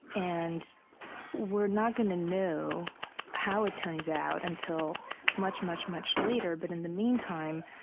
and we're not going to know how it turns out until much, much, much later. but in the meantime,